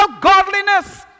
godliness